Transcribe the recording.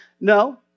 No